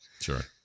sure